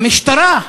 המשטרה?